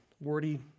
wordy